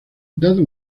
dado